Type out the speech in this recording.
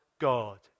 God